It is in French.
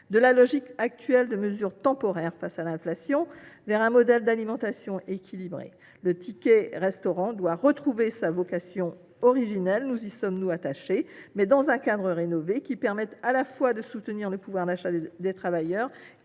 de la logique actuelle de mesure temporaire face à l’inflation et le faire évoluer vers un modèle d’alimentation équilibrée. Le ticket restaurant doit retrouver sa vocation originelle – nous y sommes attachés –, mais dans un cadre rénové, qui permette à la fois de soutenir le pouvoir d’achat des travailleurs